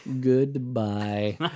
goodbye